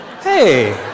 Hey